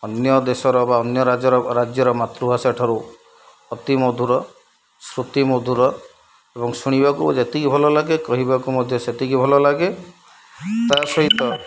ଅନ୍ୟ ଦେଶର ବା ଅନ୍ୟ ରାଜ୍ୟର ରାଜ୍ୟର ମାତୃଭାଷା ଠାରୁ ଅତି ମଧୁର ଶ୍ରୁତି ମଧୁର ଏବଂ ଶୁଣିବାକୁ ଯେତିକି ଭଲ ଲାଗେ କହିବାକୁ ମଧ୍ୟ ସେତିକି ଭଲ ଲାଗେ ତା ସହିତ